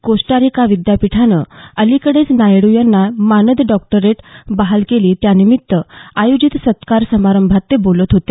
Costa Rica विद्यापीठानं अलिकडेच नायडू यांना मानद डॉक्टरेट बहाल केली त्यानिमित्त आयोजित सत्कार समारंभात ते बोलत होते